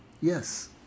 Yes